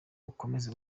ukomeze